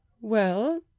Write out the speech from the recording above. Well